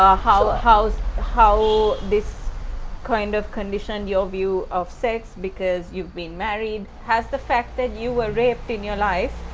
ah how ah how this kind of condition your view of sex because you've been married has the fact that you were raped in your life.